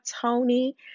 Tony